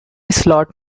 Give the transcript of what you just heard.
slot